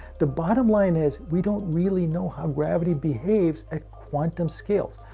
the bottom line is we don't really know how gravity behaves at quantum scales.